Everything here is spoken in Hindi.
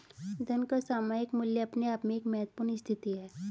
धन का सामयिक मूल्य अपने आप में एक महत्वपूर्ण स्थिति है